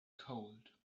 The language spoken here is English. cold